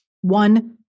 one